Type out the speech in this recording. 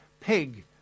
pig